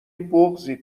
بغضی